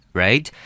right？